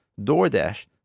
DoorDash